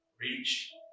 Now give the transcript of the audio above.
reach